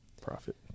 Profit